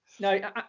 No